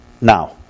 now